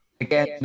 Again